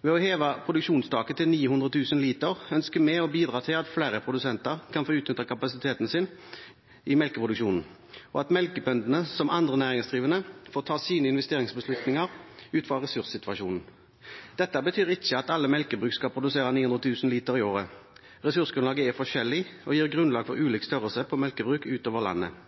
Ved å heve produksjonstaket til 900 000 liter ønsker vi å bidra til at flere produsenter kan få utnytte kapasiteten sin i melkeproduksjonen, og at melkebøndene, som andre næringsdrivende, får ta sine investeringsbeslutninger ut fra ressurssituasjonen. Dette betyr ikke at alle melkebruk skal produsere 900 000 liter i året. Ressursgrunnlaget er forskjellig og gir grunnlag for ulik størrelse på melkebruk ut over landet.